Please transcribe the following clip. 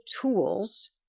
tools